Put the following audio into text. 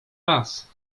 raz